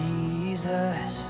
Jesus